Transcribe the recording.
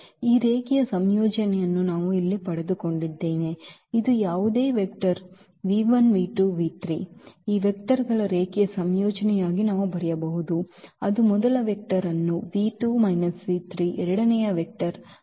ಈ ರೇಖೀಯ ಸಂಯೋಜನೆಯನ್ನು ನಾವು ಇಲ್ಲಿ ಪಡೆದುಕೊಂಡಿದ್ದೇವೆ ಇದು ಯಾವುದೇ ವೆಕ್ಟರ್ ಈ ವೆಕ್ಟರ್ಗಳ ರೇಖೀಯ ಸಂಯೋಜನೆಯಾಗಿ ನಾವು ಬರೆಯಬಹುದು ಅದು ಮೊದಲ ವೆಕ್ಟರ್ ಅನ್ನು ಎರಡನೇ ವೆಕ್ಟರ್ ಮತ್ತು ಈ ಮೂರನೇ ವೆಕ್ಟರ್